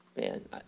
Man